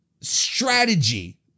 strategy